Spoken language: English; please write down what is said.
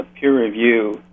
peer-review